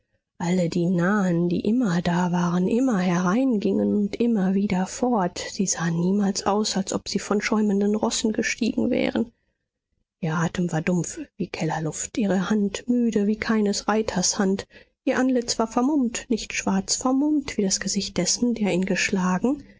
alle die nahen die immer da waren immer hereingingen und immer wieder fort sie sahen niemals aus als ob sie von schäumenden rossen gestiegen wären ihr atem war dumpf wie kellerluft ihre hand müde wie keines reiters hand ihr antlitz war vermummt nicht schwarz vermummt wie das gesicht dessen der ihn geschlagen